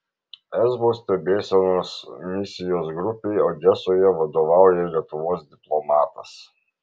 esbo stebėsenos misijos grupei odesoje vadovauja lietuvos diplomatas